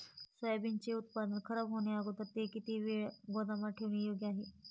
सोयाबीनचे उत्पादन खराब होण्याअगोदर ते किती वेळ गोदामात ठेवणे योग्य आहे?